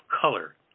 color